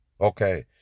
Okay